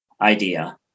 idea